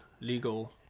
legal